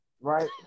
right